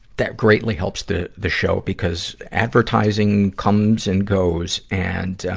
that greatly helps the, the show because advertising comes and goes. and,